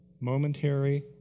momentary